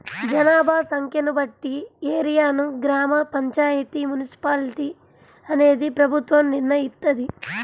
జనాభా సంఖ్యను బట్టి ఏరియాని గ్రామ పంచాయితీ, మున్సిపాలిటీ అనేది ప్రభుత్వం నిర్ణయిత్తది